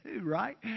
right